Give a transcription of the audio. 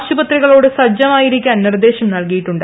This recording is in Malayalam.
ആശുപത്രികളോട് സജ്ജമായിരിക്കാൻ നിർദ്ദേശം നൽകിയിട്ടുണ്ട്